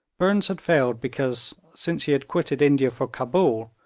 burnes had failed because, since he had quitted india for cabul,